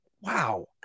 wow